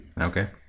Okay